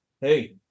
Hey